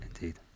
Indeed